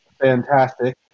fantastic